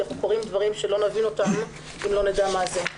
כי אנחנו קוראים דברים שלא נבין אם לא נדע מה זה.